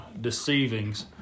deceivings